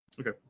Okay